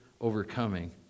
overcoming